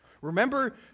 Remember